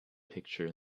picture